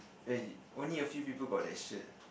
a only a few people got that shirt